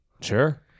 Sure